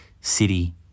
city